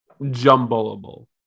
jumbleable